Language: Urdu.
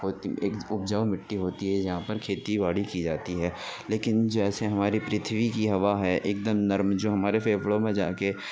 اپجاؤ مٹی ہوتی ہے جہاں پر کھیتی باڑی کی جاتی ہے لیکن جیسے ہماری پرتھوی کی ہوا ہے ایک دم نرم جو ہمارے پھیپھڑوں میں جا کے